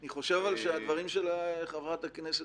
אבל אני חושב שהדברים של חברת הכנסת